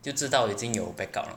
就知道已经有 backup 了